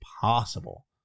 possible